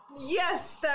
Yes